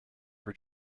were